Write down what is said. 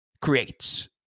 creates